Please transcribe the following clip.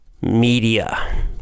media